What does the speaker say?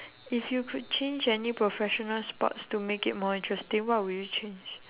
if you could change any professional sports to make it more interesting what would you change